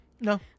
no